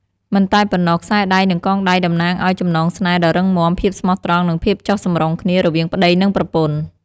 មិនតែប៉ុណ្ណោះខ្សែដៃ និងកងដៃ តំណាងឱ្យ ចំណងស្នេហ៍ដ៏រឹងមាំ ភាពស្មោះត្រង់ និងភាពចុះសម្រុងគ្នា រវាងប្តីនិងប្រពន្ធ។